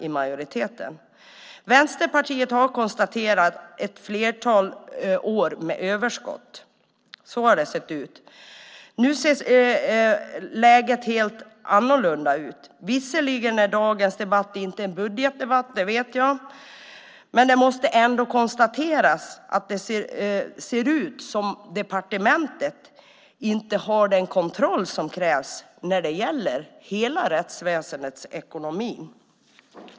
Vänsterpartiet konstaterar att det har varit ett flertal år med överskott; så har det sett ut. Men nu ser det helt annorlunda ut. Visserligen är dagens debatt inte en budgetdebatt - det vet jag. Ändå måste det konstateras att departementet inte verkar ha den kontroll som krävs när det gäller hela rättsväsendets ekonomi.